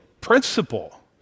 principle